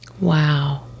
Wow